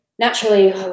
naturally